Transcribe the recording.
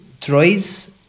Troyes